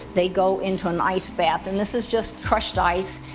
they go into an ice bath. and this is just crushed ice,